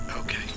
Okay